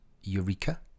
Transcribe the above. Eureka